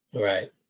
Right